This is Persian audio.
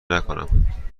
نکنم